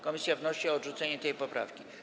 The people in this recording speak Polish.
Komisja wnosi o odrzucenie tej poprawki.